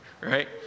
right